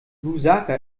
lusaka